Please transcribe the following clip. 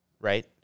right